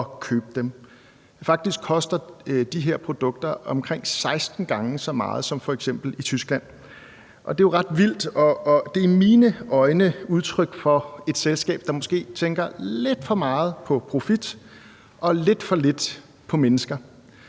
koster de her produkter omkring 16 gange så meget der som f.eks. i Tyskland, og det er jo ret vildt. Det er i mine øjne udtryk for et selskab, der måske tænker lidt for meget på profit og lidt for lidt på mennesker.